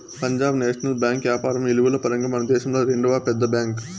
Punjab National Bank యాపారం ఇలువల పరంగా మనదేశంలో రెండవ పెద్ద బ్యాంక్